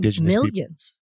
millions